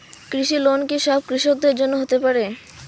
কৃষি লোন কি সব কৃষকদের জন্য হতে পারে?